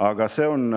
Aga see on